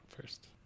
first